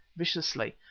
viciously,